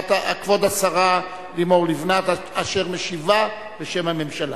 כבוד השרה לימור לבנת, אשר משיבה בשם הממשלה.